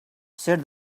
said